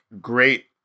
great